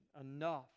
enough